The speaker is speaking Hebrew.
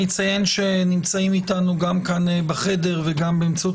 אציין שנמצאים איתנו בחדר וגם באמצעות